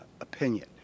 opinion